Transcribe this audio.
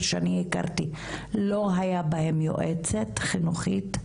שאני הכרתי לא היה בהם יועצת חינוכית,